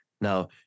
Now